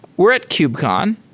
we're at kubecon.